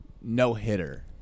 no-hitter